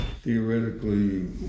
theoretically